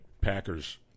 Packers